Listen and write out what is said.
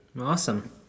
Awesome